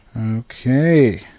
Okay